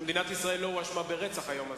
שמדינת ישראל לא הואשמה ברצח היום הזה.